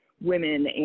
women